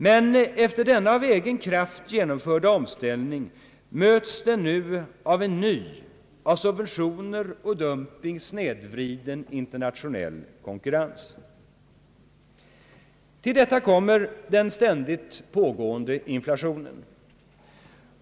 Men efter denna av egen kraft genomförda omställning möts den nu av en ny — av subventioner och dumping snedvriden — internationell konkurrens. Till detta kommer den ständigt pågående inflationen.